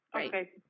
Okay